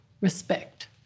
respect